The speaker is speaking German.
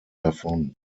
davon